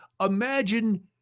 imagine